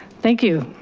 thank you,